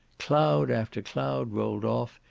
cloud after cloud rolled off,